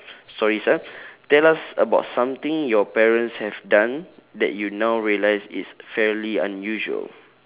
stories ah tell us about something your parents have done that you now realise is fairly unusual